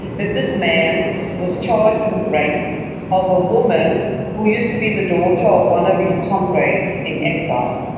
that this man was charged with rape of a woman who used to be the daughter of one of his comrades in exile.